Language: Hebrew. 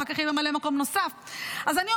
ואחר כך יהיה ממלא מקום נוסף.